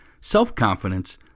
self-confidence